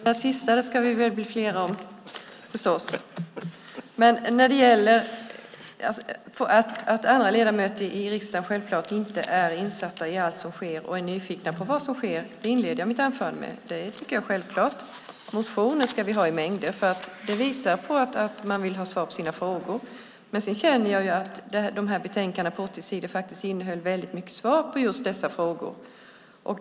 Herr talman! Det där sista ska vi bli fler om förstås. Alla ledamöter i riksdagen är självfallet inte insatta i allt som sker, och de är nyfikna på vad som sker; det inledde jag mitt anförande med att säga. Det tycker jag är självklart. Motioner ska vi ha i mängder, för det visar att man vill ha svar på sina frågor. Men detta betänkande på 80 sidor innehåller faktiskt många svar på just dessa frågor.